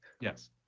Yes